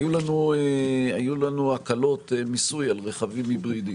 היו לנו הקלות מיסוי על רכבים היברידיים.